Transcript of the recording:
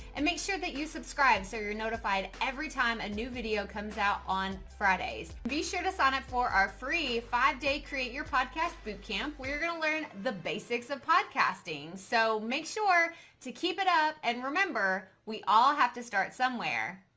and make sure that you subscribe so you're notified every time a new video comes out on fridays. be sure to sign up for our free five day create your podcast boot camp. we're going to learn the basics of podcasting. so make sure to keep it up and remember we all have to start somewhere